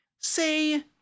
say